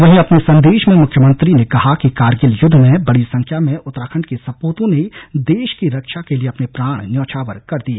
वहीं अपने संदेश में मुख्यमंत्री ने कहा कि कारगिल युद्ध में बड़ी संख्या में उत्तराखण्ड के सपूतों ने देश की रक्षा के लिए अपने प्राण न्यौछावर कर दिए